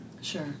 Sure